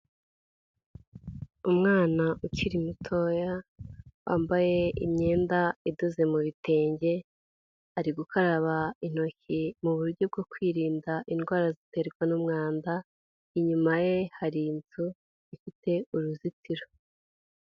Umwana ukiri mutoya wambaye imyenda idoze mu bitenge ari gukaraba intoki mu buryo bwo kwirinda indwara ziterwa n'umwanda inyuma ye hari inzu ifite uruzitiro.